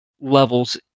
levels